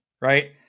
right